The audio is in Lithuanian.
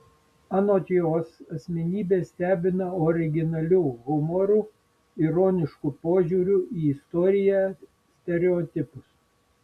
anot jos šios asmenybės stebina originaliu humoru ironišku požiūriu į istoriją stereotipus